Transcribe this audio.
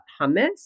hummus